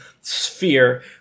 sphere